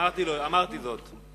אמרתי זאת.